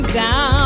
down